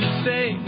say